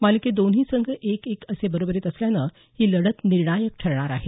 मालिकेत दोन्ही संघ एक एक असे बरोबरीत असल्यानं ही लढत निर्णायक ठरणार आहे